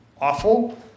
awful